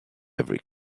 every